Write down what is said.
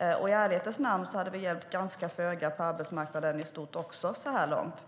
I ärlighetens namn hade det hjälpt föga också på arbetsmarknaden i stort så här långt.